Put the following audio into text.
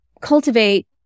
cultivate